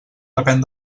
depèn